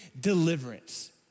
deliverance